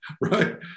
right